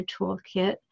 toolkit